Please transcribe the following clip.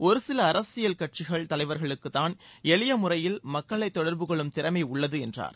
ஒருசில அரசியல் தலைவர்களுக்குத்தான் எளிய முறையில் மக்களைத் தொடர்பு கொள்ளும் திறமை உள்ளது என்றார்